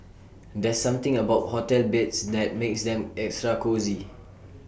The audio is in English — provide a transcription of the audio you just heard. there's something about hotel beds that makes them extra cosy